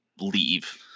leave